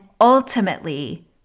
ultimately